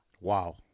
wow